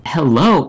Hello